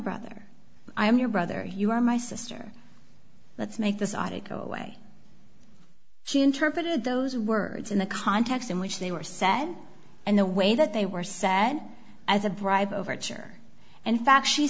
brother i am your brother you are my sister let's make this i go away she interpreted those words in the context in which they were said and the way that they were said as a bribe overture and in fact she